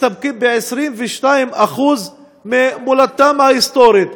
מסתפקים ב-22% ממולדתם ההיסטורית.